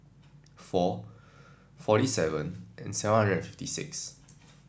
four forty seven and seven hundred fifty six